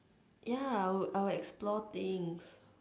ya I would I would explore things